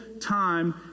time